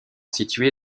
situé